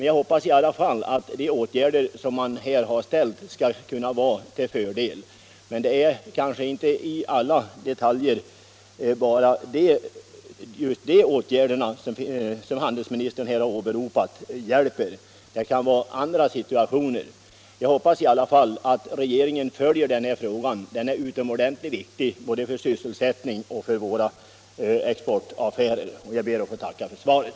Jag hoppas att åtgärderna skall kunna vara till fördel, men det är kanske inte i samtliga fall som just de åtgärder handelsministern här åberopar hjälper. Det kan röra sig om andra situationer. Jag hoppas att regeringen följer denna fråga. Den är utomordentligt viktig både för sysselsättningen och för våra exportaffärer. Jag ber än en gång att få tacka för svaret.